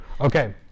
Okay